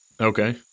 Okay